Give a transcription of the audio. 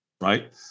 right